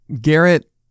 garrett